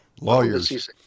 Lawyers